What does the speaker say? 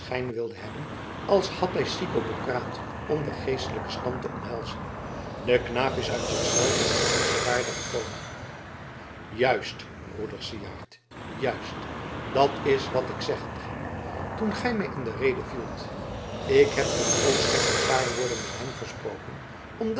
wilde hebben als had hij sicco bepraat om den geestelijken stand te omhelzen de knaap is uit zich zelven bij uw eerwaarde gekomen juist broeder syard juist dat is wat ik zeggen ging toen gij mij in de rede vielt ik heb toen ook slechts een paar woorden met hem gesproken omdat